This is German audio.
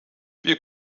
wir